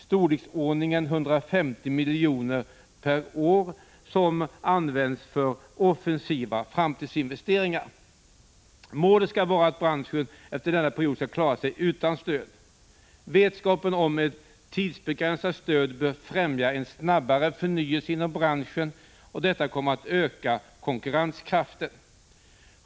Storleksordningen bör vara 150 milj.kr. per år, och de bör användas för offensiva framtidsinvesteringar. Målet skall vara att branschen efter denna period skall klara sig utan stöd. Vetskapen om att det är ett tidsbegränsat stöd bör främja en snabbare förnyelse inom branschen, och detta kommer att öka konkurrenskraften.